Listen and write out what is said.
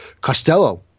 Costello